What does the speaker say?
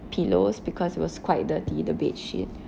pillows because it was quite dirty the bedsheet